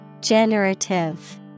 generative